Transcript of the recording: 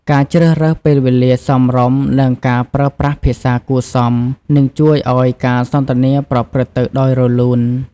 ការជ្រើសរើសពេលវេលាសមរម្យ និងការប្រើប្រាស់ភាសាគួរសម នឹងជួយឲ្យការសន្ទនាប្រព្រឹត្តទៅដោយរលូន។